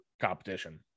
competition